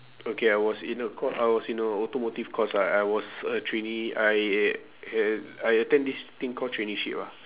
okay I was in a cour~ I was in a automotive course lah I was a trainee I I attend this thing call traineeship ah